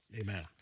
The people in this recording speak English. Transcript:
amen